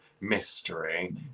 mystery